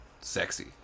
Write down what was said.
sexy